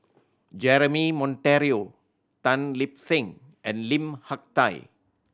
Jeremy Monteiro Tan Lip Seng and Lim Hak Tai